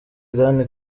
irani